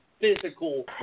physical –